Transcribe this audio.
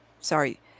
sorry